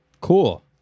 Cool